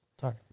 Sorry